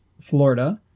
Florida